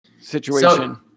situation